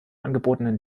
angebotenen